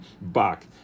back